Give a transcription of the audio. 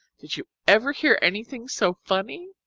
did you ever hear anything so funny?